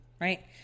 right